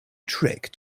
trick